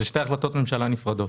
אלה שתי החלטות ממשלה נפרדות.